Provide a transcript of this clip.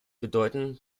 bedeutend